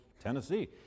Tennessee